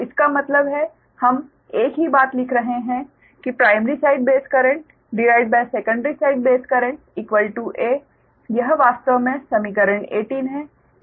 तो इसका मतलब है हम एक ही बात लिख रहे हैं कि primary side base currentsecondary side base currenta यह वास्तव में समीकरण 18 है